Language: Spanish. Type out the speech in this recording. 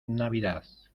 navidad